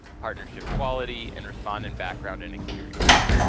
partnership quality, and respondent background and experience.